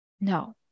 No